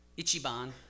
ichiban